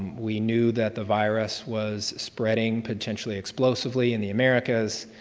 we knew that the virus was spreading potentially explosively in the americas,